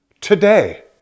today